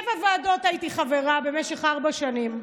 בשבע ועדות הייתי חברה במשך ארבע שנים.